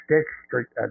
District